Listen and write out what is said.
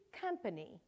company